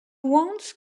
wounds